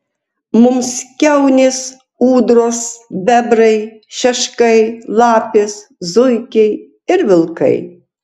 mums kiaunės ūdros bebrai šeškai lapės zuikiai ir vilkai